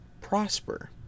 prosper